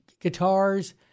guitars